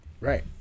Right